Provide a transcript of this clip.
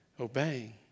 obeying